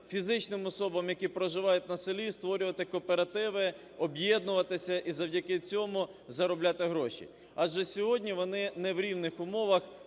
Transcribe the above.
фізичним особам, які проживають на селі, створювати кооперативи, об'єднуватися і завдяки цьому заробляти гроші. Адже сьогодні вони не в рівних умовах